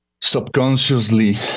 subconsciously